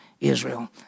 Israel